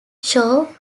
show